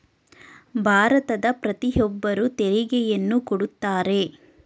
ಭಾರತದ ಪ್ರತಿಯೊಬ್ಬರು ತೆರಿಗೆಯನ್ನು ಕೊಡುತ್ತಾರೆ